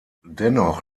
dennoch